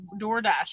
DoorDash